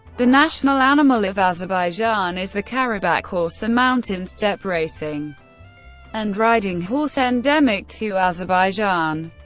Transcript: the national animal of azerbaijan is the karabakh horse, a mountain-steppe racing and riding horse endemic to azerbaijan.